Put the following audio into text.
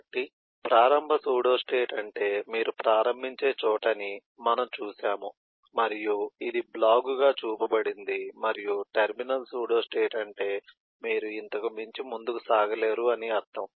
కాబట్టి ప్రారంభ సూడోస్టేట్ అంటే మీరు ప్రారంభించే చోటని మనము చూశాము మరియు ఇది బ్లాగుగా చూపబడింది మరియు టెర్మినల్ సూడోస్టేట్ అంటే మీరు ఇంతకు మించి ముందుకు సాగలేరు అని అర్ధం